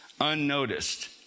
unnoticed